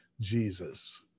Jesus